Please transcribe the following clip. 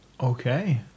Okay